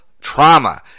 trauma